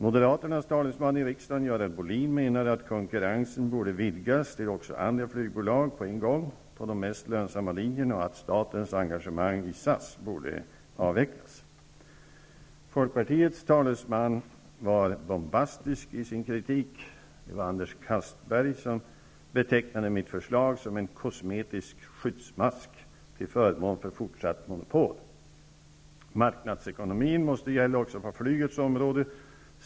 Moderaternas talesman i riksdagen Görel Bohlin menade att konkurrensen på en gång borde vidgas till också andra flygbolag på de mest lönsamma linjerna och att statens engagemang i SAS borde avvecklas. Folkpartiets talesman Anders Castberger var bombastisk i sin kritik och betecknade mitt förslag som en kosmetisk skyddsmask till förmån för fortsatt monopol. Marknadsekonomi måste gälla också på flygets område.